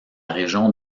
région